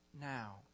now